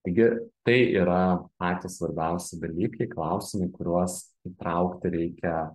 taigi tai yra patys svarbiausi dalykai klausimai kuriuos įtraukti reikia